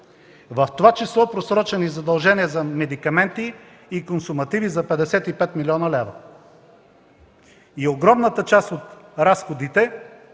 в това число просрочени задължения за медикаменти и консумативи – за 55 млн. лв. Огромната част от разходите